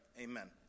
amen